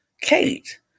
Kate